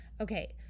okay